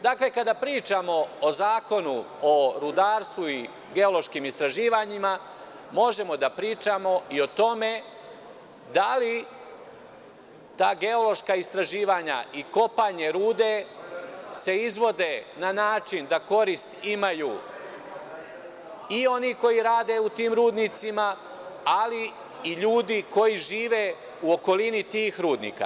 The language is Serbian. Dakle, kada pričamo o zakonu o rudarstvu i geološkim istraživanjima, možemo da pričamo i o tome da li se ta geološka istraživanja i kopanje rude izvode na način da korist imaju i oni koji rade u tim rudnicima, ali i ljudi koji žive u okolini tih rudnika.